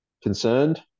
Concerned